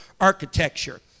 architecture